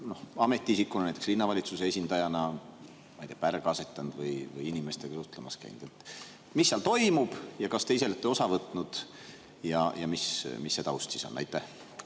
ametiisikuna, näiteks linnavalitsuse esindajana, ma ei tea, pärga asetanud või inimestega suhtlemas käinud? Mis seal toimub, kas te ise olete osa võtnud ja mis see taust on? Aitäh